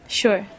sure